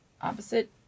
opposite